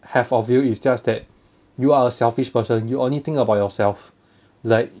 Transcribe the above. have of you is just that you are a selfish person you only think about yourself like